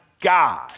God